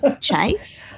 chase